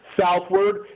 southward